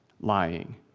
lying